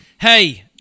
Hey